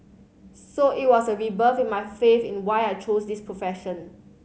so it was a rebirth in my faith in why I chose this profession